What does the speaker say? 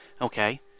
okay